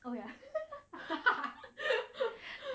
oh ya